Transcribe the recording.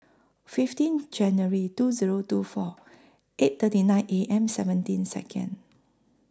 fifteen January two Zero two four eight thirty nine A M seventeen Second